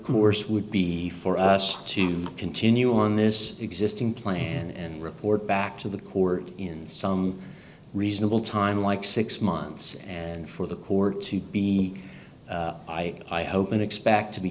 course would be for us to continue on this existing plan and report back to the court in some reasonable time like six months and for the court to be i i hope and expect to be